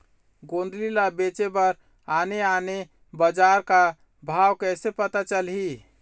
गोंदली ला बेचे बर आने आने बजार का भाव कइसे पता चलही?